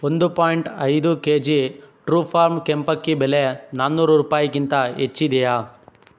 ಒಂದು ಪಾಯಿಂಟ್ ಐದು K G true farm ಕೆಂಪಕ್ಕಿ ಬೆಲೆ ನಾನ್ನೂರು ರೂಪಾಯಿಗಿಂತ ಹೆಚ್ಚಿದೆಯಾ